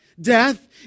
Death